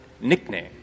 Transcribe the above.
nickname